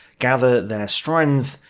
gather their strength,